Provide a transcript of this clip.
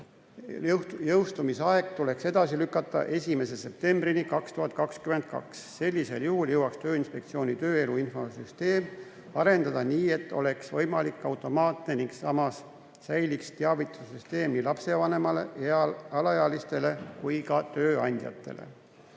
eelnõu jõustumise aeg tuleks edasi lükata 1. septembrini 2022. Sellisel juhul jõuaks Tööinspektsioon tööelu infosüsteemi arendada nii, et see oleks võimalikult automaatne ning samas säiliks nii lapsevanemate, alaealiste kui ka tööandjate